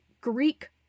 Greek